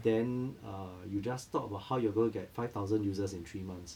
then uh you just talk about how you're gonna get five thousand users in three months